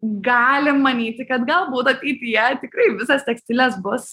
galim manyti kad galbūt ateityje tikrai visos tekstilės bus